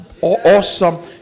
Awesome